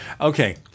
Okay